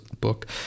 book